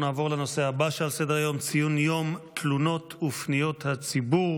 נעבור לנושא הבא על סדר-היום: ציון יום תלונות ופניות הציבור.